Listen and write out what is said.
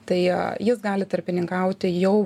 tai jis gali tarpininkauti jau